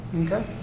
Okay